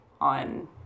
on